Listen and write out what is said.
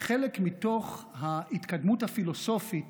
חלק מתוך ההתקדמות הפילוסופית